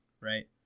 right